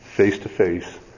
face-to-face